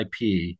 IP